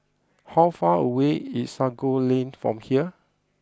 how far away is Sago Lane from here